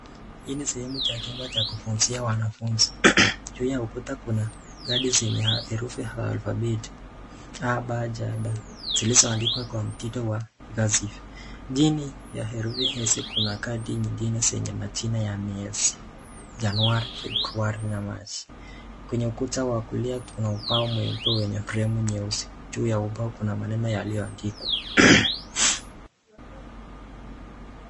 Hii ni sehemu ya chumba cha kufunzia wanafunzi. Juu ya ukuta kuna kadi zenye herufi za alfabeti A B C D zilizooandikwa kwa mtindo wa kasiv. Chini ya herufi hizi kuna kadi nyingine zenye majina ya miezi, Januari, Februari na Machi. Kwenye ukuta wa kulia kuna ubao mweupe wenye fremu nyeusi. Juu ya ubao kuna maneno yaliyoandikwa.